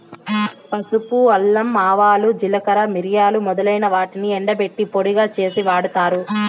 పసుపు, అల్లం, ఆవాలు, జీలకర్ర, మిరియాలు మొదలైన వాటిని ఎండబెట్టి పొడిగా చేసి వాడతారు